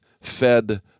fed